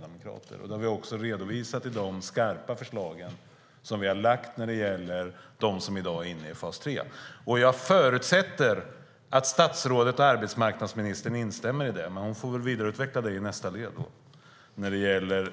Detta har vi redovisat i de skarpa förslag som vi har lagt fram när det gäller de som i dag är inne i fas 3. Jag förutsätter att statsrådet och arbetsmarknadsministern instämmer i det. Men hon får vidareutveckla det i nästa inlägg när det gäller